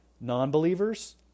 non-believers